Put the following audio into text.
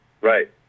Right